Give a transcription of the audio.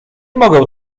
mogę